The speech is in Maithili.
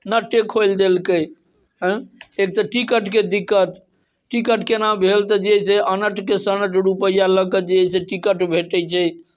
नटे खोलि देलकै अयँ एक तऽ टिकट के दिक्कत टिकट केना भेल तऽ जे है से अनट के सनट रूपैआ लऽ के जे है से टिकट भेटै छै